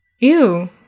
Ew